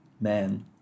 Man